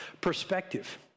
perspective